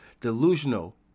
delusional